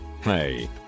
Hey